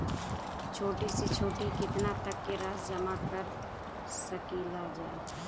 छोटी से छोटी कितना तक के राशि जमा कर सकीलाजा?